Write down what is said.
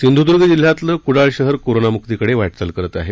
सिंधुदुर्ग जिल्ह्यातलं कुडाळ शहर कोरोना मुक्तीकडे वा क्वाल करत आहे